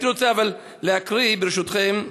אני רוצה להקריא, ברשותכם,